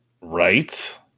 right